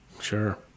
sure